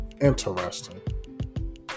Interesting